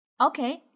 Okay